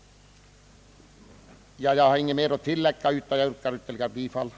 Jag har inget mer att tillägga, utan jag yrkar bifall till utskottets hemställan.